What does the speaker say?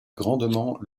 grandement